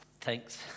thanks